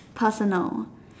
personal